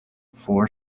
for